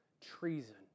treason